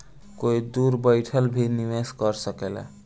कोई दूर बैठल भी निवेश कर सकेला